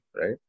right